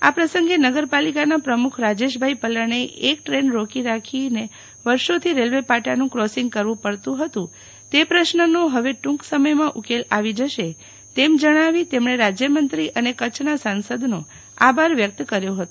આ પ્રસંગે નગરપાલિકાના પ્રમુખ રાજેશભાઈ પલણે એક ટ્રેન રોકી રાખીને વર્ષોથી રેલ્વે પાટાનું ક્રોસીંગ કરવું પડતુ હતું તે પ્રશ્નનો હવે ટુંક સમયમાં ઉકેલ આવી જશે તેમ જણાવી તેમણે રાજયમંત્રી અને કચ્છના સાંસદનો આભાર વ્યકત કર્યો હતો